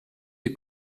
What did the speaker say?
the